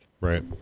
Right